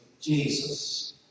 Jesus